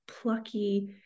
plucky